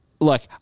look